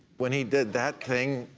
when he did that thing.